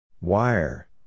Wire